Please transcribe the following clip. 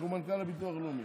שהוא מנכ"ל הביטוח הלאומי.